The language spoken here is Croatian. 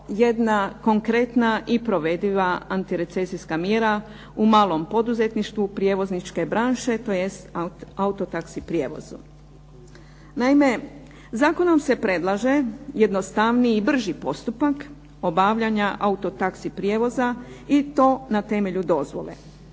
jedna konkretna i provediva antirecesijska mjera u malom poduzetništvu prijevozničke branše to jest auto taxi prijevozu. Naime, Zakonom se predlaže jednostavniji i brži postupak obavljanja auto taxi prijevoza na temelju dozvole